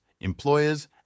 employers